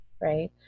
right